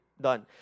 done